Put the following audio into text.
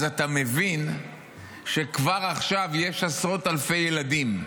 אתה מבין שכבר עכשיו יש עשרות אלפי ילדים,